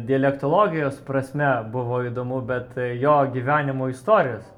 dialektologijos prasme buvo įdomu bet jo gyvenimo istorijos